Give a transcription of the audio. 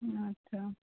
अच्छा